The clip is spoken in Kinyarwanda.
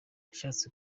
yashatse